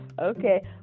okay